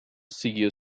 siguió